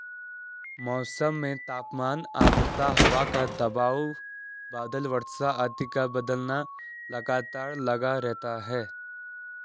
मौसम में तापमान आद्रता हवा का दबाव बादल वर्षा आदि का बदलना लगातार लगा रहता है